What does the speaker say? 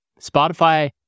Spotify